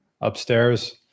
upstairs